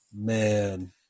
man